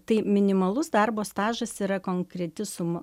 tai minimalus darbo stažas yra konkreti suma